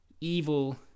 evil